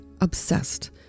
obsessed